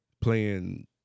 playing